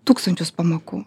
tūkstančius pamokų